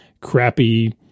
crappy